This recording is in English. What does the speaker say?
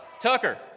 Tucker